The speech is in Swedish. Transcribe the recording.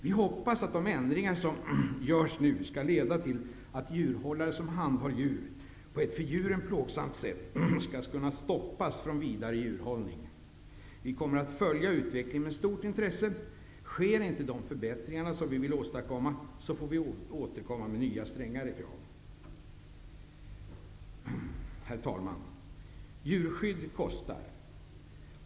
Vi hoppas att de ändringar som görs nu skall leda till att djurhållare som handhar djur på ett för djuren plågsamt sätt skall kunna stoppas från vidare djurhållning. Vi kommer att följa utvecklingen med stort intresse. Sker inte de förbättringar vi vill åstadkomma, får vi återkomma med nya strängare krav. Herr talman! Djurskydd kostar!